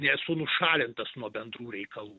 nesu nušalintas nuo bendrų reikalų